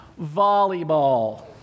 Volleyball